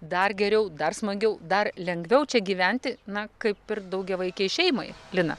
dar geriau dar smagiau dar lengviau čia gyventi na kaip ir daugiavaikei šeimai lina